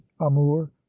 amour